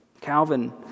Calvin